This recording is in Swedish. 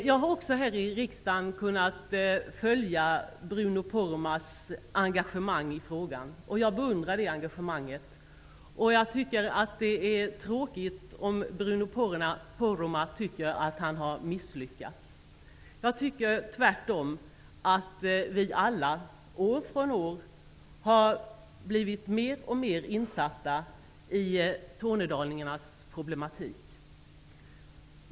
Jag har också här i riksdagen kunnat följa Bruno Poromaas engagemang i frågan. Jag beundrar det engagemanget. Det är tråkigt om Bruno Poromaa tycker att han har misslyckats. Jag anser tvärtom att vi alla år från år har blivit mer och mer insatta i tornedalingarnas problem.